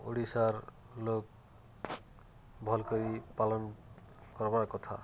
ଓଡ଼ିଶାର୍ ଲୋକ୍ ଭଲ୍ କରି ପାଳନ୍ କର୍ବାର୍ କଥା